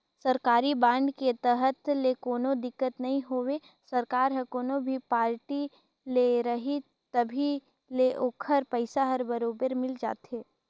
सरकारी बांड के रहत ले कोनो दिक्कत नई होवे सरकार हर कोनो भी पारटी के रही तभो ले ओखर पइसा हर बरोबर मिल जाथे